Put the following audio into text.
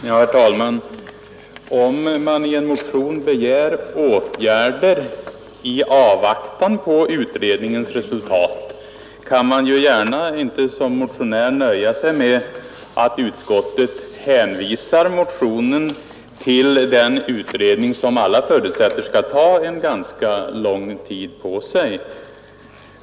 Herr talman! Om man i en motion begär åtgärder i avvaktan på utredningens resultat kan man ju som motionär inte gärna nöja sig med att utskottet hänvisar motionen till denna utredning som alla förutsätter skall ta en ganska lång tid.